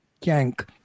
yank